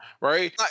right